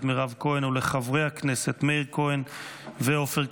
מירב כהן ולחברי הכנסת מאיר כהן ועופר כסיף,